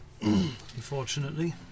Unfortunately